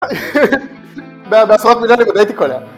בעשרות מליונים בודאי הייתי קולע